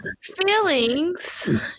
Feelings